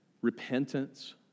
Repentance